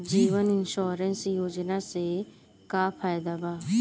जीवन insurance योजना से का फायदा बा?